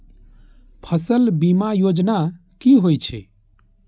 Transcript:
फसल बीमा योजना कि होए छै?